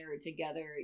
together